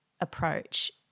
approach